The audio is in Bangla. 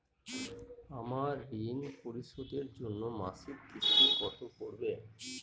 আমার ঋণ পরিশোধের জন্য মাসিক কিস্তি কত পড়বে?